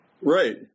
right